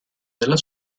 della